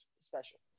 special